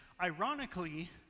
ironically